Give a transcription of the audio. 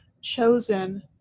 chosen